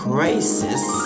Crisis